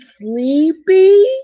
sleepy